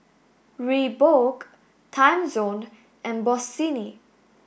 Reebok Timezone and Bossini